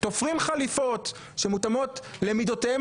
תופרים חליפות שמותאמות למידותיהם